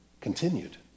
continued